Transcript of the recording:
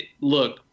Look